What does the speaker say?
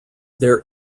their